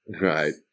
right